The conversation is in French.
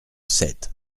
sept